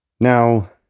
Now